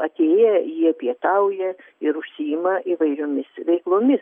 atėję jie pietauja ir užsiima įvairiomis veiklomis